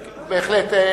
בהחלט.